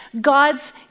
God's